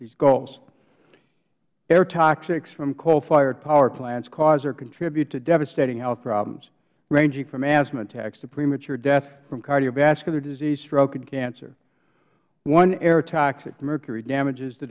these goals air toxics from coalfired power plants cause or contribute to devastating health problems ranging from asthma attacks to premature death from cardiovascular disease stroke and cancer one air toxic mercury damages the